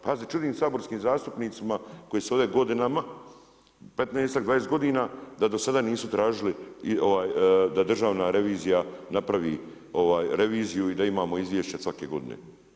Pa ja se čudim saborskim zastupnicima koji su ovdje godinama, 15-tak, 20-tak godina da do sada nisu tražili da Državna revizija napravi reviziju i da imamo izvješće svake godine.